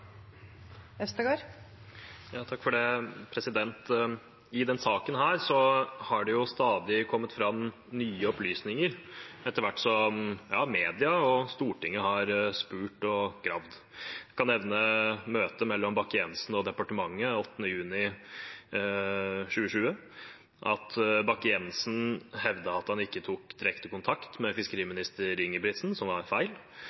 I denne saken har det stadig kommet fram nye opplysninger etter hvert som mediene og Stortinget har spurt og gravd. Jeg kan nevne møtet mellom Bakke-Jensen og departementet 8. juni 2020, at Bakke-Jensen hevdet at han ikke tok direkte kontakt med fiskeriminister Ingebrigtsen, som var feil,